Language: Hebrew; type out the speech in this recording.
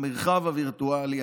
המרחב הווירטואלי.